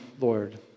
Lord